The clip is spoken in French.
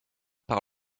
par